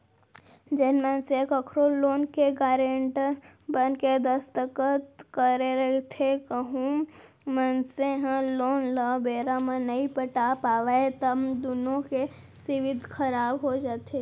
जेन मनसे ह कखरो लोन के गारेंटर बनके दस्कत करे रहिथे कहूं मनसे ह लोन ल बेरा म नइ पटा पावय त दुनो के सिविल खराब हो जाथे